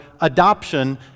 adoption